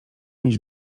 mieć